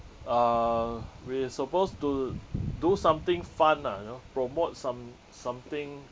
uh we are supposed to do something fun lah you know promote some~ something